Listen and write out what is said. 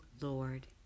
Lord